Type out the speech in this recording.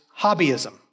hobbyism